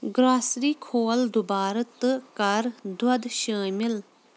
grocery کھول دُبارٕ تہٕ کَر دۄد شٲمل